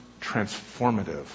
transformative